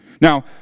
Now